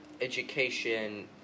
education